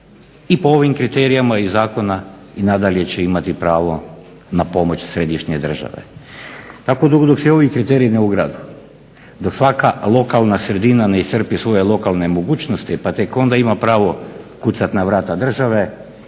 i po ovim kriterijima iz zakona i nadalje će imati pravo na pomoć središnje države. Tako dugo dok se ovi kriteriji ne ugrade dok svaka lokalna sredina ne iscrpi svoje lokalne mogućnosti pa tek onda ima pravo kucati na vrata države